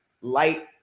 light